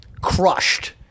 crushed